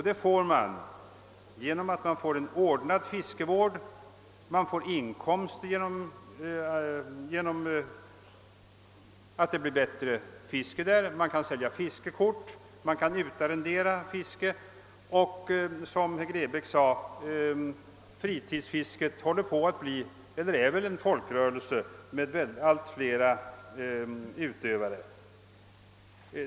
Detta sker genom att man får en ordnad fiskevård och ökade inkomster; eftersom det blir bättre fiske, kan man sälja fiskekort och utarrendera fisket. Som herr Grebäck sade är fritidsfisket en folkrörelse med allt flera utövare.